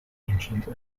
ancient